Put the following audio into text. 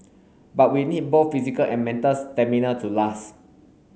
but we need both physical and mental stamina to last